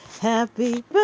Happy